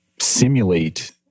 simulate